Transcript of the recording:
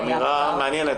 אמירה מעניינת.